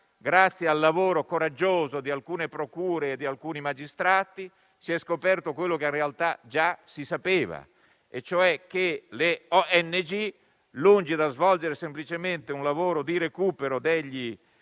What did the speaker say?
grazie al lavoro coraggioso di alcune procure e di alcuni magistrati, si è scoperto ciò che in realtà già si sapeva, e cioè che le ONG, lungi dallo svolgere semplicemente un lavoro di recupero dei